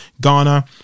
Ghana